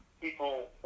people